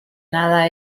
nada